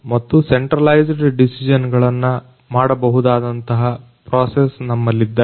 ಮತ್ತು ಸೆಂಟ್ರಲೈಸ್ಡ್ ಕೇಂದ್ರೀಕೃತ ಡಿಸಿಜೆನ್ ಗಳನ್ನ ಮಾಡಬಹುದಾದಂತಹ ಪ್ರೊಸೆಸ್ ನಮ್ಮಲ್ಲಿದ್ದರೆ